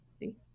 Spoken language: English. see